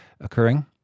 occurring